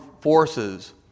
forces